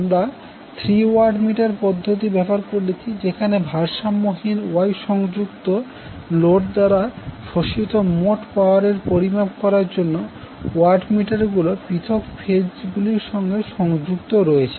আমরা three watt meter পদ্ধতি ব্যবহার করেছি যেখানে ভারসাম্যহীন Y সংযুক্ত লোড দ্বারা শোষিত মোট পাওয়ার পরিমাপ করার জন্য ওয়াট মিটার গুলি পৃথক ফেজ গুলির সঙ্গে সংযুক্ত রয়েছে